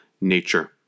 nature